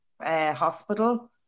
Hospital